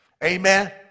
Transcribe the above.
Amen